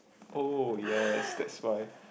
oh yes that's why